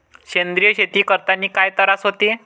सेंद्रिय शेती करतांनी काय तरास होते?